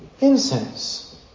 incense